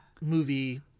movie